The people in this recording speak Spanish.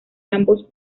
ambos